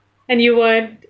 and you weren't